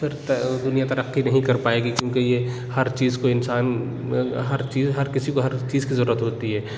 پھر تا دنیا ترقی نہیں کر پائے گی کیوں کہ یہ ہر چیز کو انسان ہر چیز ہر کسی کو ہر چیز کی ضرورت ہوتی ہے